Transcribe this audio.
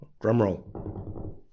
drumroll